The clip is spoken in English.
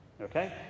okay